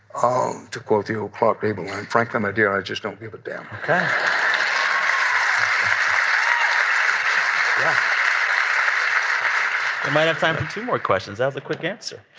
um to quote the old clark gable line, frankly, my dear, i just don't give a damn ok um we might have time for two more questions. that was a quick answer.